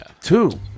Two